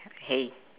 hey